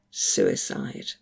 suicide